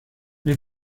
les